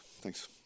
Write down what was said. Thanks